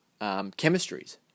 chemistries